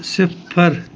صِفَر